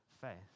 faith